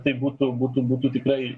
tai būtų būtų būtų tikrai